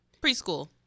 Preschool